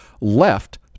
left